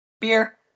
beer